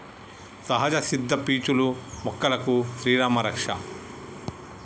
సహజ సిద్ద పీచులు మొక్కలకు శ్రీరామా రక్ష